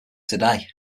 today